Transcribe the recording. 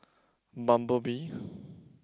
Bumblebee